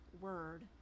word